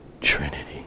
Trinity